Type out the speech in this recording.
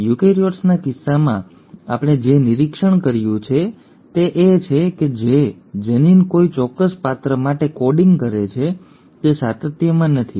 યુકેરીયોટ્સના કિસ્સામાં આપણે જે નિરીક્ષણ કર્યું છે તે એ છે કે જે જનીન કોઈ ચોક્કસ પાત્ર માટે કોડિંગ કરે છે તે સાતત્યમાં નથી